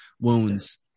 wounds